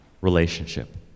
relationship